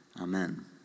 Amen